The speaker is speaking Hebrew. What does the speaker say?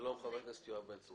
שלום חבר הכנסת יואב בן צור.